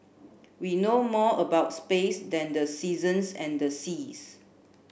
we know more about space than the seasons and the seas